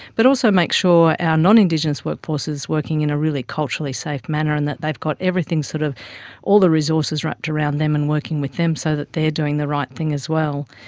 but also makes sure and our non-indigenous workforce is working in a really culturally safe manner and that they've got sort of all the resources wrapped around them and working with them so that they are doing the right thing as well.